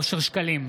אושר שקלים,